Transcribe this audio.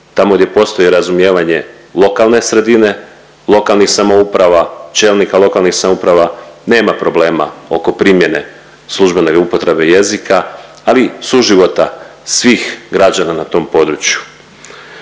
tamo gdje postoji razumijevanje lokalne sredine, lokalnih samouprava, čelnika lokalnih samouprava, nema problema oko primjene službene upotrebe jezika, ali i suživota svih građana na tom području.